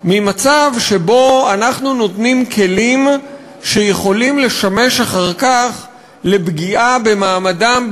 ממצב שבו אנחנו נותנים כלים שיכולים לשמש אחר כך לפגיעה במעמדם,